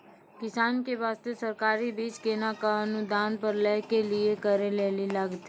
किसान के बास्ते सरकारी बीज केना कऽ अनुदान पर लै के लिए की करै लेली लागतै?